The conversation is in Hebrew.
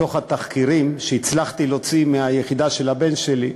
מתוך התחקירים שהצלחתי להוציא מהיחידה של הבן שלי,